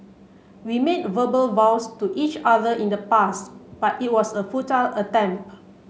we made verbal vows to each other in the past but it was a futile attempt